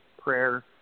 prayer